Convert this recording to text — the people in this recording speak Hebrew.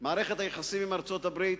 מערכת היחסים עם ארצות-הברית: